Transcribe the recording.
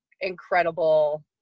incredible